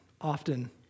often